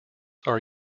are